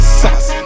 sauce